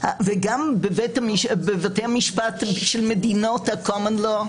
וגם בבתי המשפט של מדינות ה-קונמן לאו,